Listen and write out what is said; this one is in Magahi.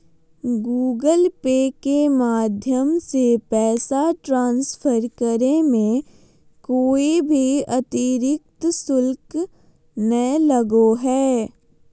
गूगल पे के माध्यम से पैसा ट्रांसफर करे मे कोय भी अतरिक्त शुल्क नय लगो हय